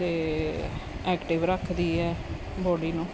ਅਤੇ ਐਕਟਿਵ ਰੱਖਦੀ ਹੈ ਬੋਡੀ ਨੂੰ